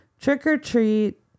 trick-or-treat